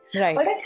Right